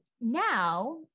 now